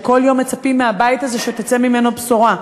שכל יום מצפים מהבית הזה שתצא ממנו בשורה?